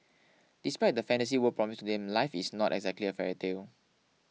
despite the fantasy world promised them life is not exactly a fairy tale